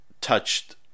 touched